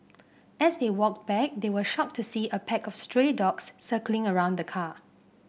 as they walked back they were shocked to see a pack of stray dogs circling around the car